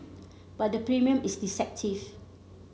but the premium is deceptive